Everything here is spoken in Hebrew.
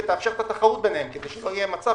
ותאפשר את התחרות ביניהן כדי שלא יהיה מצב